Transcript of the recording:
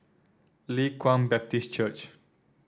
Leng Kwang Baptist Church